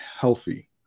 healthy